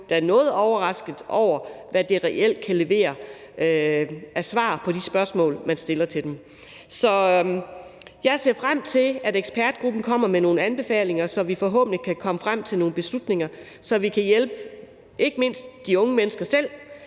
blev da noget overrasket over, hvad den reelt kan levere af svar på de spørgsmål, man stiller til den. Så jeg ser frem til, at ekspertgruppen kommer med nogle anbefalinger, så vi forhåbentlig kan komme frem til nogle beslutninger, sådan at vi kan hjælpe ikke mindst de unge mennesker selv,